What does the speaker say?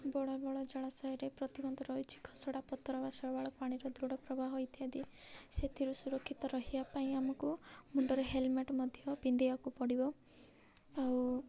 ବଡ଼ ବଡ଼ ଜଳାଶୟରେ ପ୍ରତିବନ୍ଧ ରହିଛି ଖସଡ଼ା ପଥର ବା ଶୈବାଳ ପାଣିର ଦୃଢ଼ ପ୍ରବାହ ଇତ୍ୟାଦି ସେଥିରୁ ସୁରକ୍ଷିତ ରହିବା ପାଇଁ ଆମକୁ ମୁଣ୍ଡରେ ହେଲମେଟ୍ ମଧ୍ୟ ପିନ୍ଧିବାକୁ ପଡ଼ିବ ଆଉ